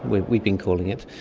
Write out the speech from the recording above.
we've we've been calling it.